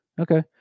Okay